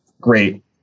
great